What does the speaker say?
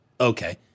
okay